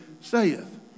saith